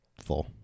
full